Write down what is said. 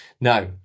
Now